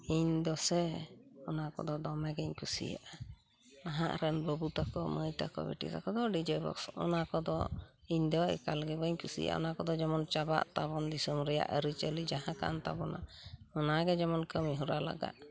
ᱤᱧᱫᱚ ᱥᱮ ᱚᱱᱟ ᱠᱚᱫᱚ ᱫᱚᱢᱮᱜᱮᱧ ᱠᱩᱥᱤᱭᱟᱜᱼᱟ ᱱᱟᱦᱟᱜ ᱨᱮᱱ ᱵᱟᱹᱵᱩ ᱛᱟᱠᱚ ᱢᱟᱹᱭ ᱛᱟᱠᱚ ᱵᱤᱴᱤ ᱛᱟᱠᱚ ᱫᱚ ᱰᱤᱡᱮ ᱵᱚᱠᱥ ᱚᱱᱟ ᱠᱚᱫᱚ ᱤᱧᱫᱚ ᱮᱠᱟᱞᱜᱮ ᱵᱟᱹᱧ ᱠᱩᱥᱤᱭᱟᱜᱼᱟ ᱚᱱᱟ ᱠᱚᱫᱚ ᱡᱮᱢᱚᱱ ᱪᱟᱵᱟᱜ ᱛᱟᱵᱚᱱ ᱫᱤᱥᱚᱢ ᱨᱮᱭᱟᱜ ᱟᱹᱨᱤᱪᱟᱹᱞᱤ ᱡᱟᱦᱟᱸ ᱠᱟᱱ ᱛᱟᱵᱚᱱᱟ ᱚᱱᱟᱜᱮ ᱡᱮᱢᱚᱱ ᱠᱟᱹᱢᱤ ᱦᱚᱨᱟ ᱞᱟᱜᱟᱜ